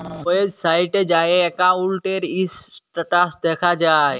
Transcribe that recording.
ওয়েবসাইটে যাঁয়ে একাউল্টের ইস্ট্যাটাস দ্যাখা যায়